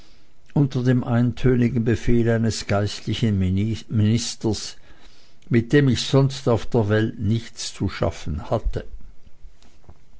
unter dem eintönigen befehl eines geistlichen ministers mit dem ich sonst auf der welt nichts zu schaffen hatte